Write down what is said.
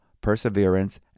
perseverance